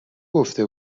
گفته